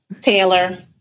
Taylor